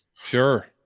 Sure